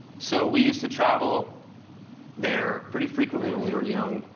so we used to travel there pretty frequently when we were young,